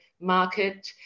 market